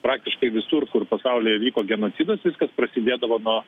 praktiškai visur kur pasaulyje vyko genocidas viskas prasidėdavo nuo